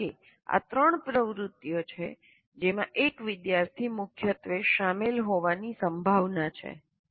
કારણ કે આ ત્રણ પ્રવૃત્તિઓ છે જેમાં એક વિદ્યાર્થી મુખ્યત્વે શામેલ હોવાની સંભાવના છે